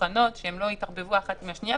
שהן לא יתערבבו אחת עם השנייה,